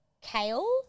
kale